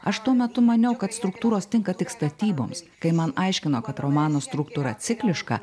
aš tuo metu maniau kad struktūros tinka tik statyboms kai man aiškino kad romano struktūra cikliška